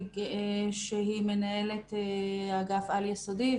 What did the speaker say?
שהיא מנהלת אגף על יסודי,